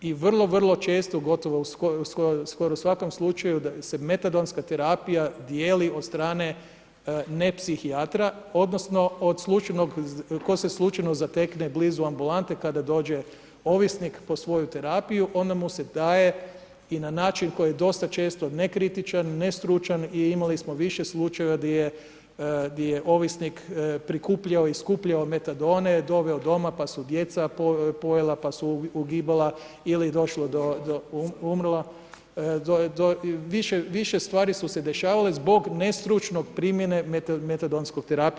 I vrlo često gotovo u svakom slučaju se metadonska terapija dijeli od strane ne psihijatra, odnosno, od slučajnog, tko se slučajno zatekne blizu ambulante kada dođe ovisnik po svoju terapiju, onda mu se daje i na način koji je dosta često dosta kritičan, nestručan i imali smo više slučajeva di je ovisnik, prikupljao i skupljao metadone, doveo doma pa su djeca pojela, pa su ugibala, umrla, više stvari su se dešavale zbog nestručne primjene metadonskom terapije.